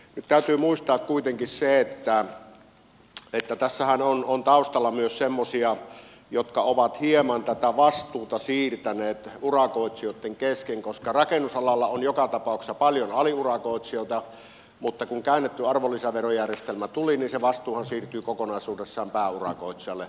nyt täytyy muistaa kuitenkin se että tässähän on taustalla myös semmoisia jotka ovat hieman tätä vastuuta siirtäneet urakoitsijoitten kesken koska rakennusalalla on joka tapauksessa paljon aliurakoitsijoita mutta kun käännetty arvonlisäverojärjestelmä tuli niin se vastuuhan siirtyi kokonaisuudessaan pääurakoitsijalle